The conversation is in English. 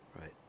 right